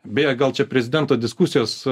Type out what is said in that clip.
beje gal čia prezidento diskusijos